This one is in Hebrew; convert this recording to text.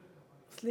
מצטערת.